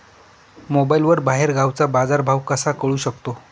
मोबाईलवर बाहेरगावचा बाजारभाव कसा कळू शकतो?